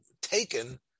taken